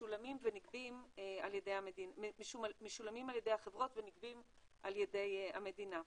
משולמים על ידי החברות ונגבים על ידי המדינה.